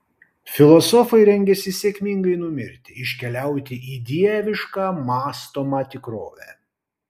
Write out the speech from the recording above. filosofai rengiasi sėkmingai numirti iškeliauti į dievišką mąstomą tikrovę